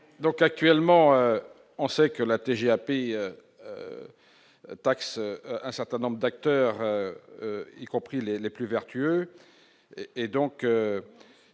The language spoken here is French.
donc actuellement on sait que la TGAP taxe un certain nombre d'acteurs, y compris les les plus vertueux